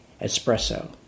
espresso